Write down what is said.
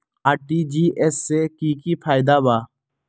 RTGS से की की फायदा बा?